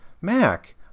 Mac